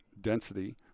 density